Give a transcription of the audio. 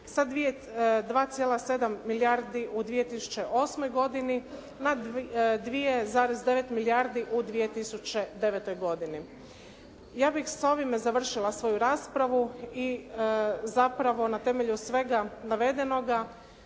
sa 2,7 milijardi u 2008. godini na 2,9 milijardi u 2009. godini. Ja bih s ovime završila svoju raspravu i zapravo na temelju svega navedenoga